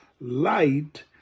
light